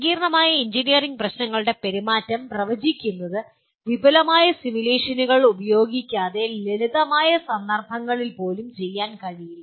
സങ്കീർണ്ണമായ എഞ്ചിനീയറിംഗ് പ്രശ്നങ്ങളുടെ പെരുമാറ്റം പ്രവചിക്കുന്നത് വിപുലമായ സിമുലേഷൻ ഉപയോഗിക്കാതെ ലളിതമായ സന്ദർഭങ്ങളിൽ പോലും ചെയ്യാൻ കഴിയില്ല